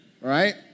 right